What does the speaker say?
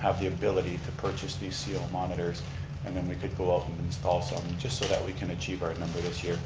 have the ability to purchase these co ah monitors and then we could go out and install some just so that we can achieve our number this year.